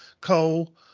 coal